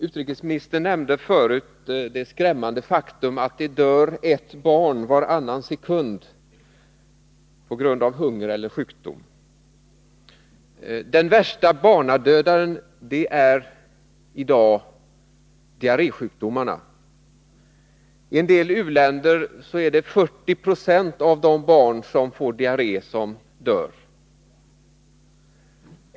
Utrikesministern nämnde förut det skrämmande faktum att det dör ett barn varannan sekund på grund av hunger eller sjukdom. Den värsta barnadödaren i dag är diarrésjukdomarna. I en del u-länder är det 40 96 av de barn som får diarré som dör.